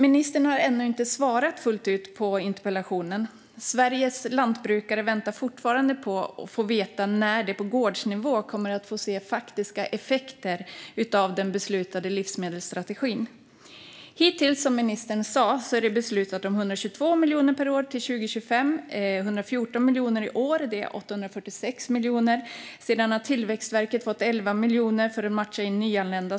Ministern har ännu inte svarat fullt ut på interpellationen. Sveriges lantbrukare väntar fortfarande på att få veta när de på gårdsnivå kommer att få se faktiska effekter av den beslutade livsmedelsstrategin. Hittills är det, som ministern sa, beslutat om 122 miljoner per år till 2025 och 114 miljoner till i år. Det är 846 miljoner. Tillväxtverket har också fått 11 miljoner för att matcha in nyanlända.